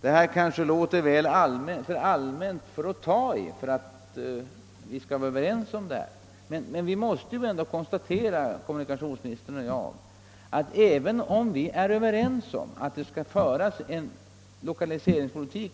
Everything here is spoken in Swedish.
Vad jag nu sagt låter kanske för allmänt för att vi skall kunna bli överens, men kommunikationsministern och jag kan ju ändå konstatera, att även om vi är ganska överens om att föra en riktig lokaliseringspolitik